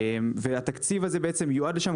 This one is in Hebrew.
והתקציב הזה יועד לשם.